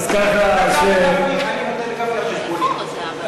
אז ככה, אני נותן לגפני דקה על חשבוני.